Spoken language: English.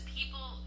people